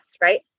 right